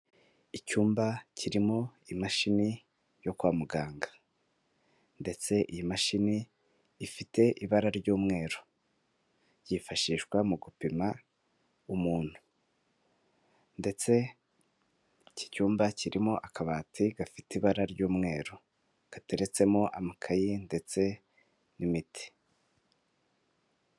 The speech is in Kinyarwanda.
Icyumba kirimo imashini yo kwa muganga ndetse iyi mashini ifite ibara ry'umweru yifashishwa mu gupima umuntu, ndetse iki cyumba kirimo akabati gafite ibara ry'umweru gateretsemo amakaye ndetse n'imiti.